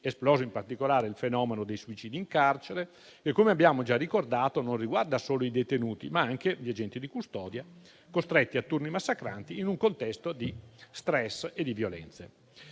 esploso, in particolare, il fenomeno dei suicidi in carcere che, come abbiamo già ricordato, non riguarda solo i detenuti, ma anche gli agenti di custodia costretti a turni massacranti in un contesto di stress e di violenze.